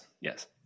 yes